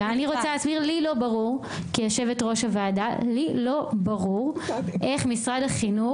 לא ברור כיו"ר הועדה איך משרד החינוך